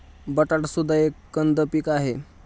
बटाटा सुद्धा एक कंद पीक आहे